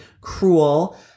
cruel